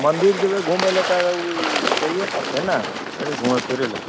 मन्दिर जएबै घुमै ले तऽ ओ जैए पड़तै ने घुमै फिरैलए